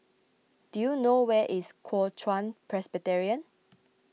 do you know where is Kuo Chuan Presbyterian